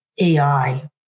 AI